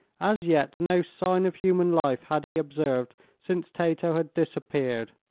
as yet no sign of human life had he observed since tato had disappeared,